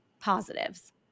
positives